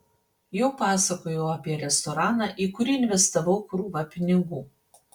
jau pasakojau apie restoraną į kurį investavau krūvą pinigų